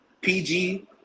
PG